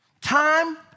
time